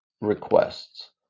requests